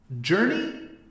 Journey